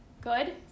Good